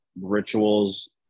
rituals